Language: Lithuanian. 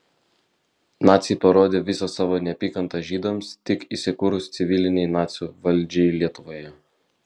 naciai parodė visą savo neapykantą žydams tik įsikūrus civilinei nacių valdžiai lietuvoje